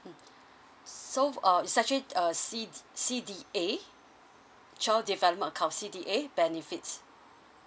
so uh it's actually uh C C_D_A child development account C_D_A benefits